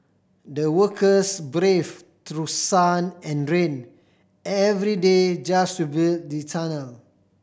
the workers brave through sun and rain every day just to build the tunnel